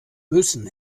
müssen